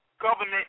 government